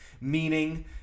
meaning